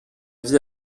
vie